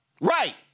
Right